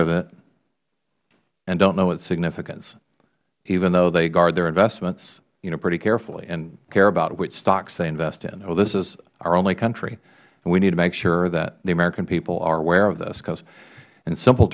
of it and don't know its significance even though they guard their investments pretty carefully and care about which stocks they invest in well this is our only country and we need to make sure that the american people are aware of this because in simple